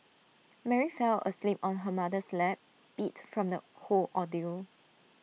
Mary fell asleep on her mother's lap beat from the whole ordeal